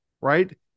Right